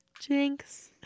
Jinx